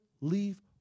leave